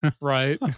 Right